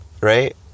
right